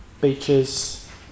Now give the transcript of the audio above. beaches